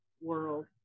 world